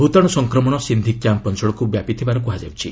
ଭୂତାଣୁ ସଂକ୍ରମଣ ସିନ୍ଧି କ୍ୟାମ୍ପ୍ ଅଞ୍ଚଳକୁ ବ୍ୟାପିଥିବାର କୁହାଯାଉଛି